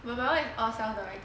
but my [one] is all self directed learning